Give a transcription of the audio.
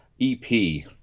EP